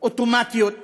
אוטומטיות לפעמים,